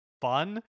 fun